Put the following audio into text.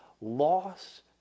loss